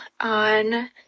On